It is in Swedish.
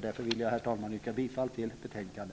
Därför, herr talman, yrkar jag bifall till utskottets hemställan